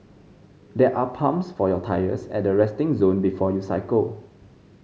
there are pumps for your tyres at the resting zone before you cycle